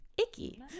Icky